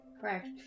Correct